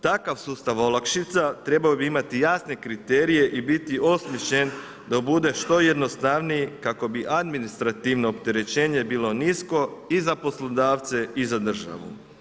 Takav sustav olakšica trebao bi imati jasne kriterije i biti osmišljen da bude što jednostavniji kako bi administrativno opterećenje bilo nisko i za poslodavce, i za državu.